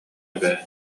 эбээт